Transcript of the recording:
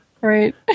Right